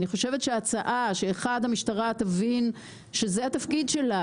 אני חושבת שהמשטרה תבין שזה התפקיד שלה.